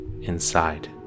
inside